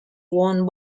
won